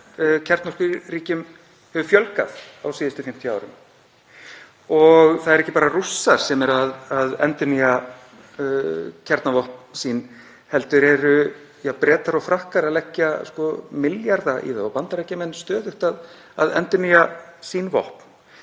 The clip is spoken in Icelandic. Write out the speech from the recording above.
kjarnorkuríkjum hefur fjölgað á síðustu 50 árum. Það eru ekki bara Rússar sem eru að endurnýja kjarnavopn sín heldur eru Bretar og Frakkar að leggja milljarða í það og Bandaríkjamenn stöðugt að endurnýja sín vopn.